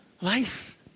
life